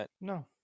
No